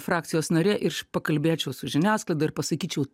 frakcijos narė ir pakalbėčiau su žiniasklaida ir pasakyčiau